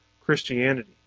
Christianity